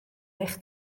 eich